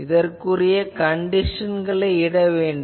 இதற்குரிய கண்டிஷன்களை இட வேண்டும்